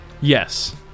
Yes